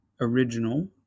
original